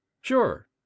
Sure